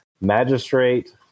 Magistrate